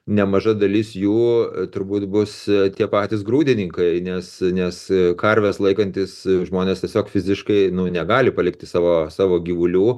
nemaža dalis jų turbūt bus tie patys grūdininkai nes nes karves laikantys žmonės tiesiog fiziškai negali palikti savo savo gyvulių